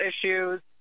issues